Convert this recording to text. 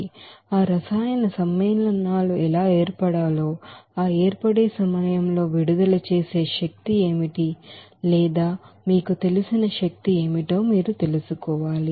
కాబట్టి ఆ రసాయన సమ్మేళనాలు ఎలా ఏర్పడాలో ఆ ఏర్పడే సమయంలో విడుదల చేసే ఎనర్జీశక్తి ఏమిటి లేదా మీకు తెలిసిన ఎనర్జీ ఏమిటో మీరు తెలుసుకోవాలి